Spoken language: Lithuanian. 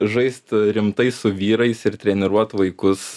žaist rimtai su vyrais ir treniruot vaikus